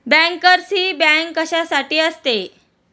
बँकर्सची बँक कशासाठी असते?